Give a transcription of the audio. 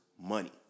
money